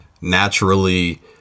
naturally